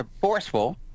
forceful